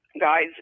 guys